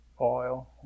oil